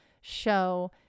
show